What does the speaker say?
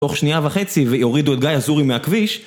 תוך שנייה וחצי ויורידו את גיא עזורי מהכביש